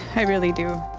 i really do.